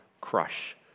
crush